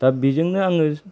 दा बेजोंनो आङो